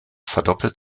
verdoppelt